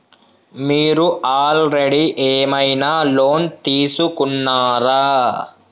మీరు ఆల్రెడీ ఏమైనా లోన్ తీసుకున్నారా?